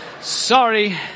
Sorry